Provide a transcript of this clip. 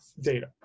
data